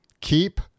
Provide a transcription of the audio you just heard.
keep